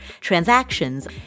transactions